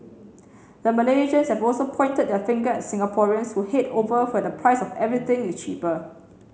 the Malaysians have also pointed their finger at Singaporeans who head over where the price of everything is cheaper